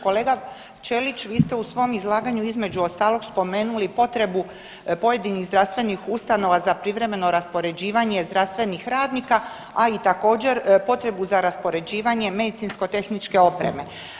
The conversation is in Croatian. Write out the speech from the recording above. Kolega Ćelić, vi ste u svom izlaganju između ostalog spomenuli potrebu pojedinih zdravstvenih ustanova za privremeno raspoređivanje zdravstvenih radnika, a i također potrebu za raspoređivanjem medicinsko-tehničke opreme.